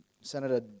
Senator